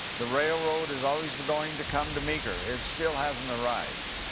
the railroad is always going to come to meeker, it still hasn't arrived.